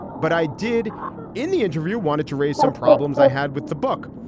but i did in the interview wanted to raise some problems i had with the book.